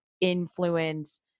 influence